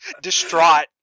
distraught